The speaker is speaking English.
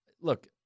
look